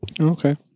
Okay